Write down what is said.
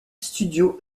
studio